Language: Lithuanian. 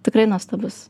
tikrai nuostabus